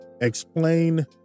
Explain